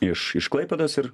iš iš klaipėdos ir